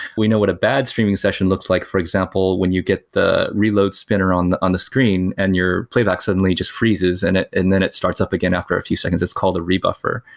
we know what a bad streaming session looks like for example, when you get the reload spinner on the on the screen and your playback suddenly just freezes and and then it starts up again after a few seconds. it's called a rebuffer.